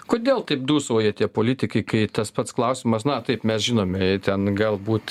kodėl taip dūsauja tie politikai kai tas pats klausimas na taip mes žinome ten galbūt